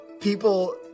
people